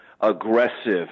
aggressive